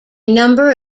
number